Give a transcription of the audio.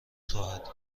خواهد